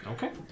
Okay